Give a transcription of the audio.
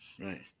Right